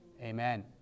Amen